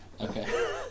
Okay